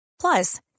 Plus